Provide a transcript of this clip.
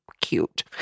cute